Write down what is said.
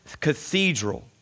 cathedral